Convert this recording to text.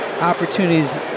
opportunities